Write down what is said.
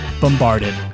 Bombarded